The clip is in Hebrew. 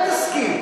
בוא נחליף.